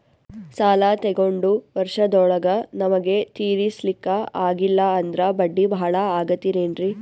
ಸಾಲ ತೊಗೊಂಡು ವರ್ಷದೋಳಗ ನಮಗೆ ತೀರಿಸ್ಲಿಕಾ ಆಗಿಲ್ಲಾ ಅಂದ್ರ ಬಡ್ಡಿ ಬಹಳಾ ಆಗತಿರೆನ್ರಿ?